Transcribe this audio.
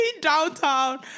downtown